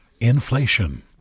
Inflation